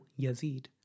Yazid